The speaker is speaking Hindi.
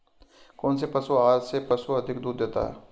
कौनसे पशु आहार से पशु अधिक दूध देते हैं?